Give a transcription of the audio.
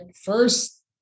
first